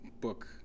book